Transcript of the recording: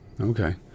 okay